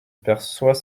aperçoit